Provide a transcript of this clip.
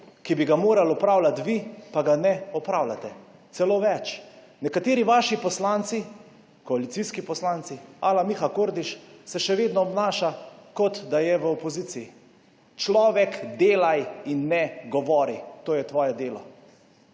ki bi ga morali opravljati vi, pa ga ne opravljate. Celo več, nekateri vaši poslanci, koalicijski poslanci ala Miha Kordiš, ki se še vedno obnaša, kot da je v opoziciji. Človek, delaj in ne govori! To je tvoje delo.